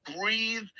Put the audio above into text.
breathe